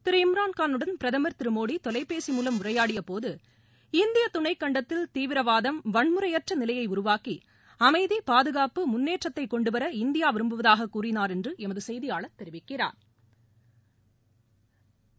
திரு இம்ரான் கானுடன் பிரதமர் திரு மோடி தொலைபேசி மூலம் உரையாடியபோது இந்திய துணைக்கண்டத்தில் தீவிரவாதம் வன்முறையற்ற நிலையை உருவாக்கி அமைதி பாதுகாப்பு முன்னேற்றத்தை கொண்டுவர இந்தியா விரும்புவதாக கூறினாா் என்று எமது செய்தியாளா் தெரிவிக்கிறாா்